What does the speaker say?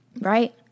Right